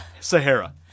Sahara